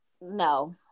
No